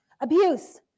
abuse